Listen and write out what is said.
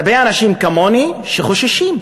הרבה אנשים כמוני חוששים,